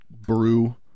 brew